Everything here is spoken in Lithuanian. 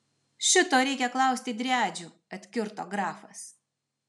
šito reikia klausti driadžių atkirto grafas